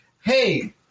Hey